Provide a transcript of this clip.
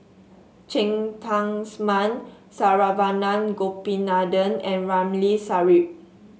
Cheng Tsang Man Saravanan Gopinathan and Ramli Sarip